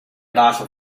lagen